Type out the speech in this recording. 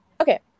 Okay